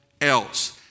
else